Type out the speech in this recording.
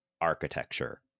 architecture